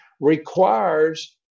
requires